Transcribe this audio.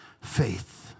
faith